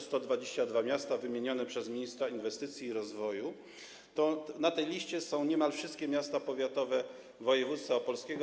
122 miasta zostały wymienione przez ministra inwestycji i rozwoju, na tej liście są niemal wszystkie miasta powiatowe województwa opolskiego.